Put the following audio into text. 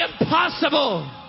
impossible